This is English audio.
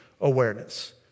awareness